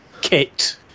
kit